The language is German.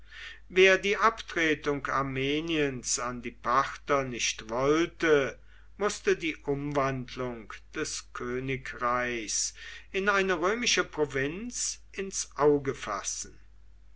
wer die abtretung armeniens an die parther nicht wollte mußte die umwandlung des königreichs in eine römische provinz ins auge fassen